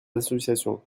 associations